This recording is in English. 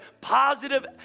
positive